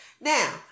Now